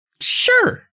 Sure